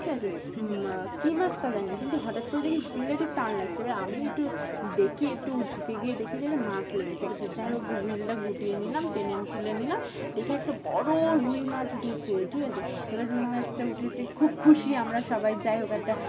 ঠিক আছে কী মাছ তা জানি না কিন্তু হঠাৎ করে দেখি হুইলটা একটু টান লাগছে এবার আমি একটু দেখি একটু ঝুকে গিয়ে দেখি যে একটা মাছ লেগেছে এবার যাই হোক হুইলটা গুটিয়ে নিলাম টেনে তুলে নিলাম দেখে একটা বড় রুই মাছ উঠেছে ঠিক আছে এবার রুই মাছটা উঠেছে খুব খুশি আমরা সবাই যাই হোক একটা